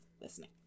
listening